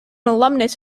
alumnus